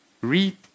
read